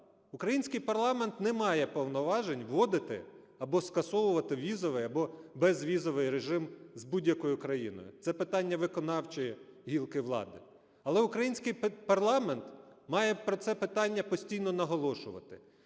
Український парламент не має повноважень вводити або скасовувати візовий, або безвізовий режим з будь-якою країною, це питання виконавчої гілки влади. Але український парламент має про це питання постійно наголошувати.